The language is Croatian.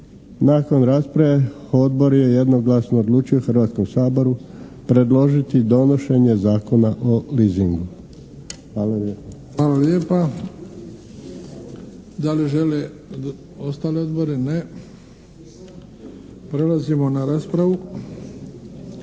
Nakon rasprave Odbor je jednoglasno odlučio Hrvatskom saboru predložiti donošenje Zakona o leasingu. Hvala lijepo. **Bebić, Luka (HDZ)** Hvala lijepa. Da li žele ostali odbori? Ne? Prelazimo na raspravu.